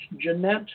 Jeanette